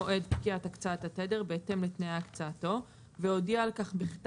מתוך הצעת חוק התוכנית הכלכלית (תיקוני